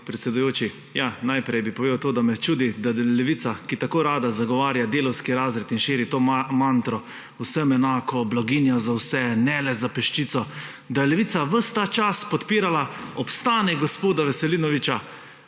predsedujoči. Ja, najprej bi povedal to, da me čudi, da Levica, ki tako rada zagovarja delavski razred in širi to mantro vsem enako, blaginja za vse, ne le za peščico. Da je Levica ves ta čas podpirala obstanek gospoda Veselinoviča